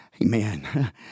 Amen